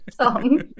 song